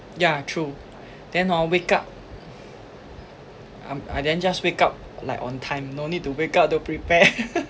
yeah true then hor wake up um ah then just wake up like on time no need to wake up to prepare